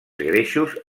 greixos